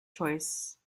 choice